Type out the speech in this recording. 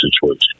situation